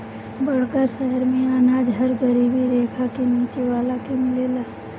बड़का शहर मेंअनाज हर गरीबी रेखा के नीचे वाला के मिलेला